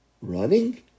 Running